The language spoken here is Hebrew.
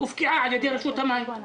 הקרקע הופקעה על ידי רשות המים.